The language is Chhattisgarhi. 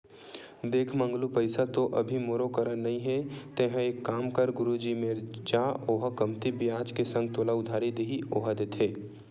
देख मंगलू पइसा तो अभी मोरो करा नइ हे तेंहा एक काम कर गुरुजी मेर जा ओहा कमती बियाज के संग तोला उधारी दिही ओहा देथे